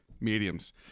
Mediums